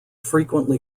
frequently